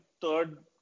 third